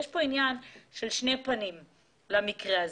למעשה,